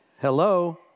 Hello